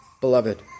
beloved